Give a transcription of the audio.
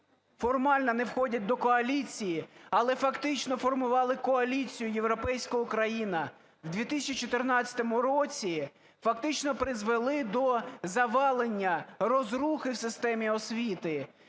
формально не входять до коаліції, але фактично формували коаліцію "Європейська Україна" в 2014 році, фактично призвели до завалення, розрухи в системі світи.